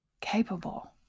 capable